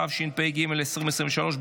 התשפ"ג 2023,